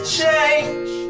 change